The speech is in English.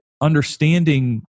understanding